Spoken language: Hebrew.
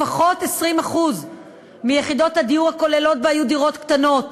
לפחות 20% מיחידות הדיור הכלולות בה יהיו דירות קטנות.